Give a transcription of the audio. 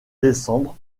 décembre